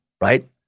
Right